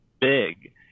big